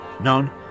None